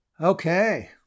Okay